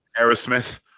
Aerosmith